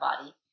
body